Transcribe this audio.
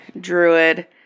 Druid